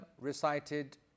recited